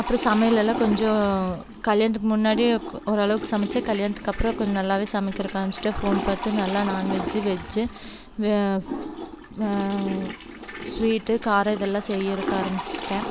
அப்புறம் சமையலெல்லாம் கொஞ்சம் கல்யாணத்துக்கு முன்னாடி ஒரு அளவுக்கு சமைத்தேன் கல்யாணத்துக்கு அப்புறம் கொஞ்சம் நல்லாவே சமைக்கிறதுக்கு ஆரமிச்சுட்டேன் ஃபோன் பார்த்து நல்லா நான்வெஜ்ஜூ வெஜ்ஜு சுவீட்டு காரம் இதெல்லாம் செய்கிறக்கு ஆரமிச்சுட்டேன்